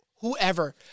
whoever